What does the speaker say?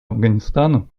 афганистану